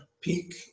peak